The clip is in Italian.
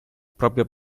proprio